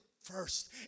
first